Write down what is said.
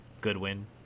Goodwin